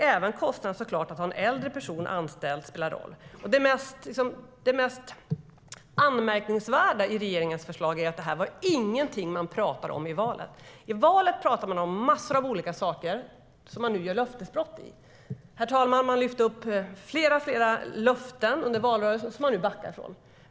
Även kostnaderna att ha en äldre person anställd spelar en roll. Det mest anmärkningsvärda i regeringens förslag är att detta inte var något man talade om i valet. I valet talade man om massor av olika saker som man nu gör löftesbrott i. Man lyfte under valrörelsen upp flera löften som man nu backar från.